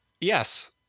Yes